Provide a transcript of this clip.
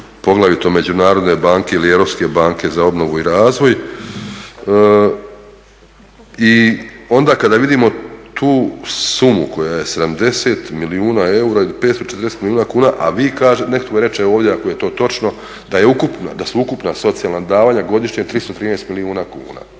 poglavito Međunarodne banke ili Europske banke za obnovu i razvoj. I onda kada vidimo tu sumu koja je 70 milijuna eura ili 540 milijuna kuna, a vi kažete, a netko reče ovdje, ako je to točno da su ukupna socijalna davanja godišnje 313 milijuna kuna.